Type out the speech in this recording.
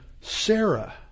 Sarah